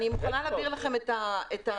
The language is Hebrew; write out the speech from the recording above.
אני מוכנה להעביר לכם את המכתב.